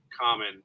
common